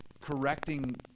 correcting